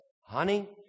honey